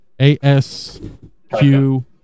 a-s-q